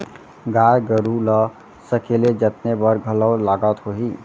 गाय गरू ल सकेले जतने बर घलौ लागत होही?